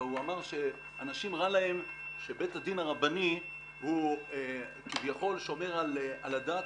אבל הוא אמר שאנשים רע להם שבית הדין הרבני הוא כביכול שומר על הדת.